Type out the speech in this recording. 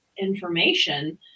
information